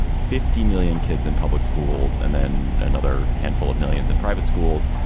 fifty million kids in public schools. and then another handful of millions in private schools.